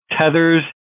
tethers